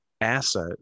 Asset